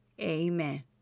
Amen